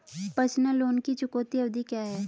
Personal loan की चुकौती अवधि क्या है?